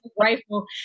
rifle